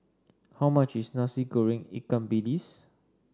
how much is Nasi Goreng Ikan Bilis